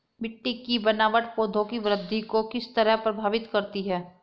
मिटटी की बनावट पौधों की वृद्धि को किस तरह प्रभावित करती है?